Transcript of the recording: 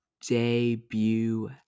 debut